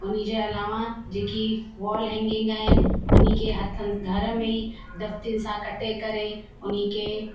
हुनजे अलावा जेकी वॉल हैंगिंग आहिनि हुनखे हथनि घर में ई दफ्तियुनि सां कटे करे हुनखे